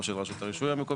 או של רשות הרישוי המקומית,